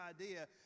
idea